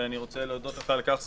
ואני רוצה להודות לו על כך.